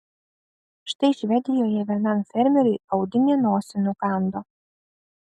štai švedijoje vienam fermeriui audinė nosį nukando